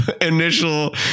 initial